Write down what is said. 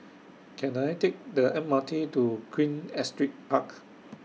Can I Take The M R T to Queen Astrid Park